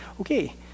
okay